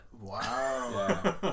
wow